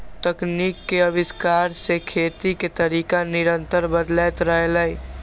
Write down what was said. तकनीक के आविष्कार सं खेती के तरीका निरंतर बदलैत रहलैए